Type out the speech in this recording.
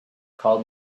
called